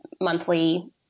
monthly